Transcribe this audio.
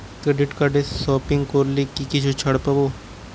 Credit কার্ডে shopping করলে কি কিছু ছাড় পাব?